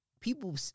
People